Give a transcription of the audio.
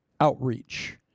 outreach